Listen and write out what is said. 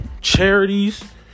charities